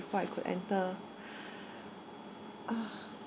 before I could enter